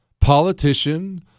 politician